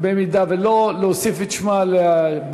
אם לא, להוסיף את שמה בעד.